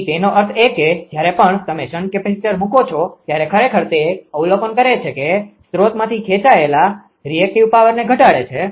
તેથી તેનો અર્થ એ કે જ્યારે પણ તમે શન્ટ કેપેસિટર મૂકો છો ત્યારે ખરેખર તે અવલોકન કરે છે કે સ્રોતમાંથી ખેંચાયેલા રીએક્ટીવ પાવરને ઘટાડે છે